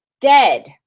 dead